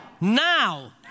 now